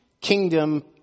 kingdom